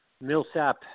Millsap